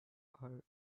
are